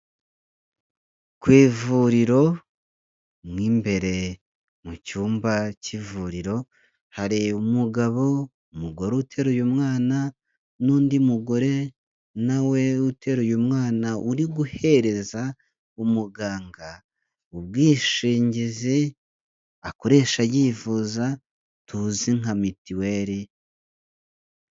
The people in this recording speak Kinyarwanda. Ku ivuriro mo imbere mu cyumba cy'ivuriro hari umugabo, umugore uteruye umwana n'undi mugore na we uteruye umwana, uri guhereza umuganga ubwishingizi akoresha yivuza tuzi nka Mituweli.